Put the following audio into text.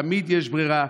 תמיד יש ברירה.